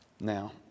Now